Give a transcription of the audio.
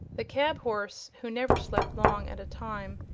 the cab-horse, who never slept long at a time,